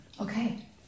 okay